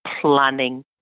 planning